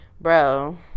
bro